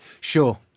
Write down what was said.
Sure